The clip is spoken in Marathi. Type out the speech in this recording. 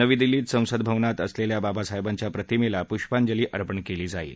नवी दिल्लीत संसद भवनात असलेल्या बाबासाहेबांच्या प्रतिमेला पृष्पांजली अर्पण केली जाईल